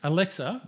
Alexa